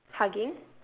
hugging